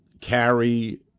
carry